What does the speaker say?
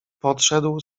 podszedł